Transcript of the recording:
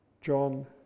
John